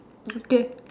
okay